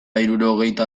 hirurogeita